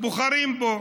בוחרים בו,